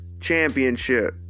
championship